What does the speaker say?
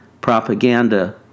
propaganda